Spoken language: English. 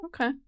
Okay